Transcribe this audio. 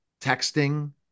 texting